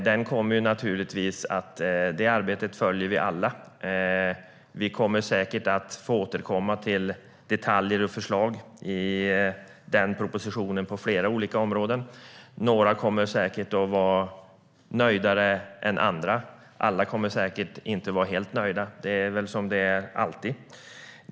Vi följer alla detta arbete, och vi kommer säkert att få återkomma till detaljer och förslag i propositionen på flera olika områden. Några kommer säkert att vara nöjdare än andra. Alla kommer säkert inte att vara helt nöjda. Så är det väl alltid.